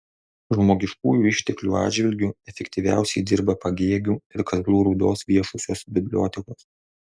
žmogiškųjų išteklių atžvilgiu efektyviausiai dirba pagėgių ir kazlų rūdos viešosios bibliotekos